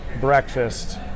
breakfast